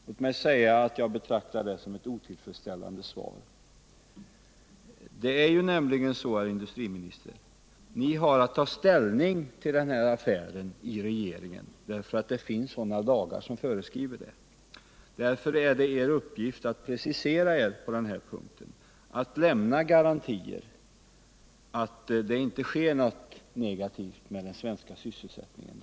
Låt mig säga att jag betraktar det som ett otillfredsställande svar. Det är nämligen så, herr industriminister, att ni har att ta ställning till den affären i regeringen därför att det finns sådana lagar som föreskriver det. Därför är det er uppgift att precisera er på den här punkten, att lämna garantier för att det inte sker något negativt med den svenska sysselsättningen.